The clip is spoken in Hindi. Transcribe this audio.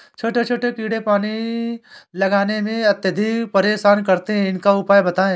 छोटे छोटे कीड़े पानी लगाने में अत्याधिक परेशान करते हैं इनका उपाय बताएं?